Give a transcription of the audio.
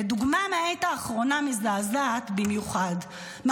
ודוגמה מזעזעת במיוחד מהעת האחרונה,